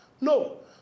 No